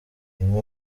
imwe